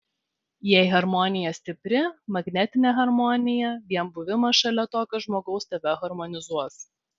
jei harmonija stipri magnetinė harmonija vien buvimas šalia tokio žmogaus tave harmonizuos